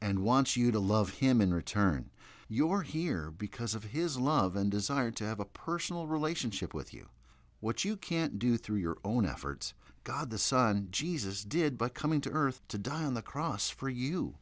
and wants you to love him in return your here because of his love and desire to have a personal relationship with you what you can't do through your own efforts god the son jesus did by coming to earth to die on the cross for you